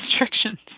restrictions